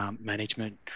management